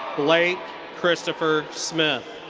blake christopher smith.